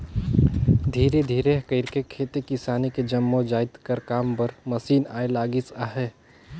धीरे धीरे कइरके खेती किसानी के जम्मो जाएत कर काम बर मसीन आए लगिस अहे